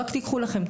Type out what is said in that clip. רק תיקחו לכם,